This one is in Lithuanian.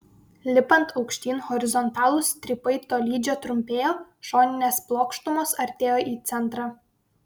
lipant aukštyn horizontalūs strypai tolydžio trumpėjo šoninės plokštumos artėjo į centrą